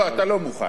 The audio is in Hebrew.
לא, אתה לא מוכן.